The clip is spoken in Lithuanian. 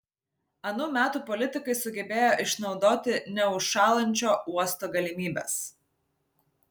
anų metų politikai sugebėjo išnaudoti neužšąlančio uosto galimybes